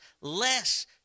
less